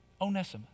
Onesimus